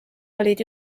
olid